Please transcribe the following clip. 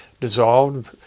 dissolved